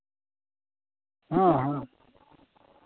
ᱦᱮᱸ ᱦᱮᱸ